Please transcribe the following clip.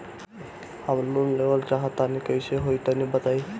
हम लोन लेवल चाह तनि कइसे होई तानि बताईं?